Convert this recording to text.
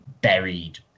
buried